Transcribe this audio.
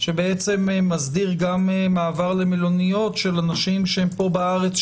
שבעצם מסדיר גם מעבר למלוניות של אנשים שהם פה בארץ,